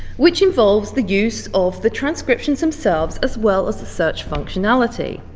which involves the use of the transcriptions themselves as well as the search functionality.